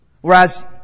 whereas